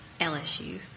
LSU